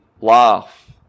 laugh